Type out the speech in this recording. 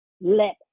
let